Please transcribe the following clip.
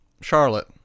Charlotte